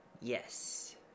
Yes